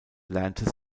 lernte